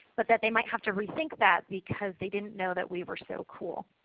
but that they might have to re-think that because they didn't know that we were so cool.